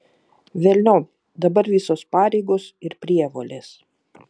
velniop dabar visos pareigos ir prievolės